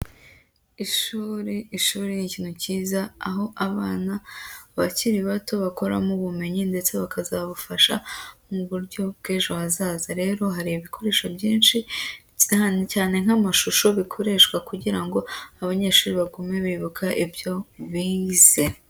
Ishuri, ishuri ni ikintu cyiza aho abana bakiri bato bakuramo ubumenyi ndetse bakazabufasha mu buryo bw'ejo hazaza, rero hari ibikoresho byinshi cyane cyane nk'amashusho bikoreshwa kugira ngo abanyeshuri bagume bibuka ibyo bize.